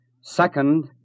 Second